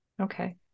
okay